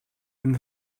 and